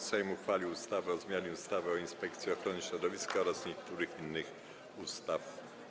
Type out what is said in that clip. Sejm uchwalił ustawę o zmianie ustawy o Inspekcji Ochrony Środowiska oraz niektórych innych ustaw.